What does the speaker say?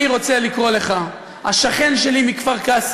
אני רוצה לקרוא לך השכן שלי מכפר-קאסם,